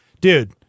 Dude